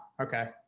Okay